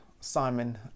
Simon